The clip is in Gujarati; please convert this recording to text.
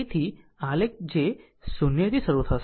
તેથી આલેખ જે 0 થી શરૂ થશે